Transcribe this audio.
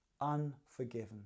unforgiven